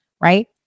right